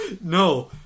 no